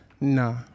Nah